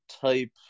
type